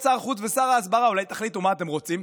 שר החוץ ושר ההסברה, אולי תחליטו מה אתם רוצים?